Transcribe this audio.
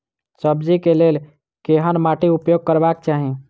सब्जी कऽ लेल केहन माटि उपयोग करबाक चाहि?